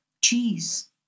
cheese